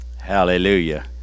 Hallelujah